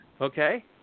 Okay